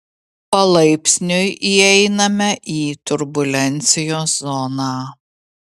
palaipsniui įeiname į turbulencijos zoną